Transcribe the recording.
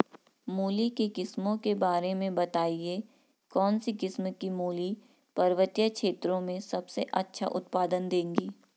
मूली की किस्मों के बारे में बताइये कौन सी किस्म की मूली पर्वतीय क्षेत्रों में सबसे अच्छा उत्पादन देंगी?